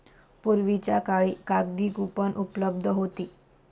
पूर्वीच्या काळी कागदी कूपन उपलब्ध होती